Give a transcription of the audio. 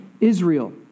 Israel